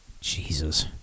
Jesus